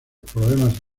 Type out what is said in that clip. problemas